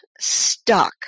stuck